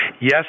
yes